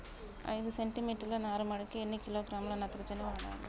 ఐదు సెంటి మీటర్ల నారుమడికి ఎన్ని కిలోగ్రాముల నత్రజని వాడాలి?